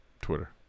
Twitter